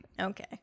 Okay